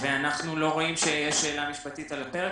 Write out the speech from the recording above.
ואנחנו לא רואים שיש שאלה משפטית על הפרק,